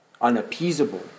unappeasable